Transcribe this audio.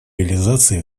реализации